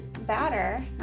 batter